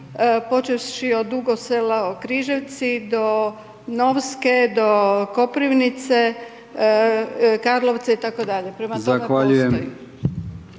počevši od Dugog Sela-Križevci, do Novske, do Koprivnice, Karlovca itd.,